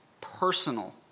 personal